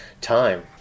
time